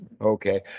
Okay